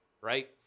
Right